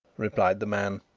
replied the man.